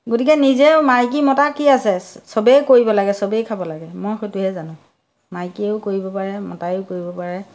গতিকে নিজেও মাইকী মতা কি আছে চবেই কৰিব লাগে চবেই খাব লাগে মই সেইটোহে জানো মাইকীয়েও কৰিব পাৰে মতাইও কৰিব পাৰে